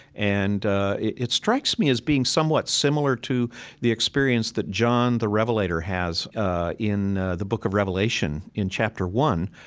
and it strikes me as being somewhat similar to the experience that john the revelator has ah in the book of revelation in chapter one,